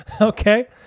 Okay